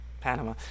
Panama